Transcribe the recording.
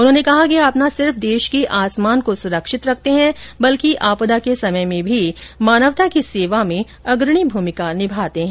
उन्होंने कहा कि आप ना सिर्फ देश के आसमान को सुरक्षित रखते हैं बल्कि आपदा के समय में भी मानवता की सेवा में भी अग्रणी भूमिका निभाते हैं